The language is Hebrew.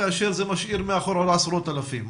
כאשר זה משאיר מאחור עשרות אלפים.